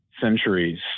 centuries